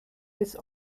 bis